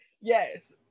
Yes